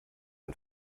ein